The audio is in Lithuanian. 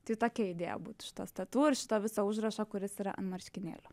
tai tokia idėja būtų šitos tatu ir šito viso užrašo kuris yra ant marškinėlių